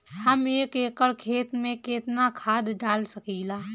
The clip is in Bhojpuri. हम एक एकड़ खेत में केतना खाद डाल सकिला?